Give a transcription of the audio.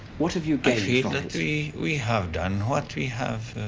what have you gave the three we have done? what we have?